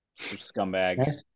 Scumbags